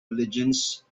religions